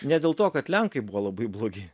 ne dėl to kad lenkai buvo labai blogi